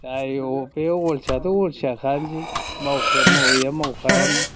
जायहख बे अलसियाआथ' अलसियाखायानोसै मावैया मावखायानो